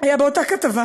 הייתה באותה כתבה.